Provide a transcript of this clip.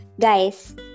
guys